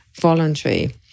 voluntary